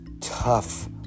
tough